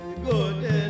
Good